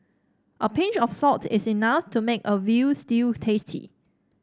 a pinch of salt is enough to make a veal stew tasty